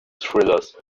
thrillers